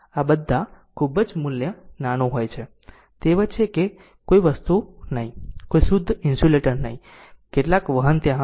બધા ત્યાં ખૂબ જ મૂલ્ય ખૂબ જ નાનું છે અને તે વચ્ચે કે કોઈ વસ્તુ નહીં કોઈ શુદ્ધ ઇન્સ્યુલેટર નથી કેટલાક વહન ત્યાં હશે